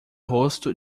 rosto